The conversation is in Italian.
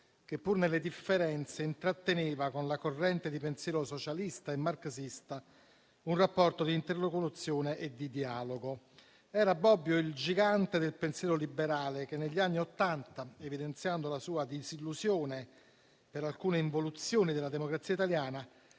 che, pur nelle differenze, intratteneva con la corrente di pensiero socialista e marxista un rapporto di interlocuzione e dialogo. Era Bobbio il gigante del pensiero liberale che negli anni Ottanta, evidenziando la sua disillusione per alcune involuzioni della democrazia italiana,